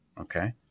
Okay